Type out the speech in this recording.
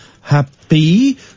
Happy